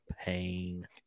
pain